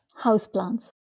Houseplants